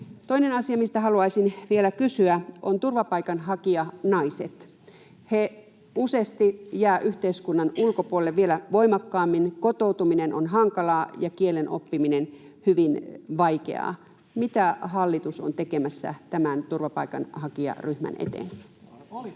Toinen asia, mistä haluaisin vielä kysyä, on turvapaikanhakijanaiset. He useasti jäävät yhteiskunnan ulkopuolelle vielä voimakkaammin, kotoutuminen on hankalaa ja kielen oppiminen hyvin vaikeaa. Mitä hallitus on tekemässä tämän turvapaikanhakijaryhmän eteen?